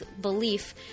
belief